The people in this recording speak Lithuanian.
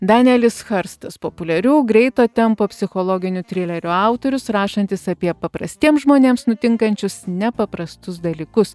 danielis hurstas populiarių greito tempo psichologinių trilerių autorius rašantis apie paprastiems žmonėms nutinkančius nepaprastus dalykus